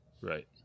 Right